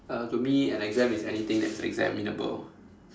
uh to me an exam is anything that's examinable